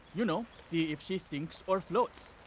you know, see if she sinks or floats.